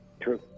True